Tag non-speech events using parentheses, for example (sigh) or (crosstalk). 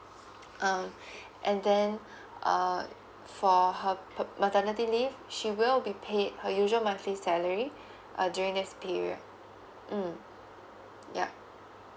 um (breath) and then err for her pa~ maternity leave she will be paid her usual monthly salary uh during this period mm yup